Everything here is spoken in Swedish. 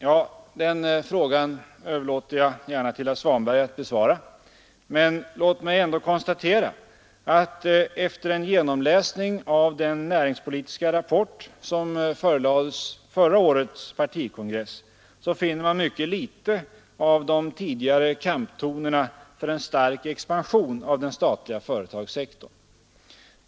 Ja, den frågan överlåter jag gärna till herr Svanberg att besvara. Men låt mig ändå konstatera, att vid en genomläsning av den näringspolitiska rapport som förelades förra årets partikongress finner man mycket litet av de tidigare kamptonerna för en stark expansion av den statliga företagssektorn.